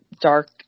dark